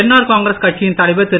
NR Congress கட்சியின் தலைவர் திரு